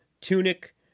Tunic